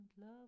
love